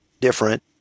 different